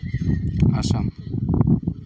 Assam